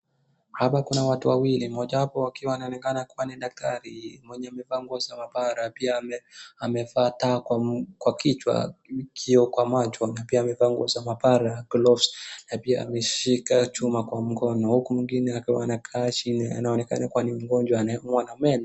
Hapa kuna watu wawili. Mmoja wapo anaonekana kuwa ni daktari mwenye amevaa nguo za mabara. Pia amevaa taa kwa kichwa kioo kwa macho na pia amevaa nguo za mabara gloves na pia ameshika chuma kwa mkono. Huku mwingine akiwa anakaa chini anaonekana kuwa ni mgonjwa anayeumwa na meno.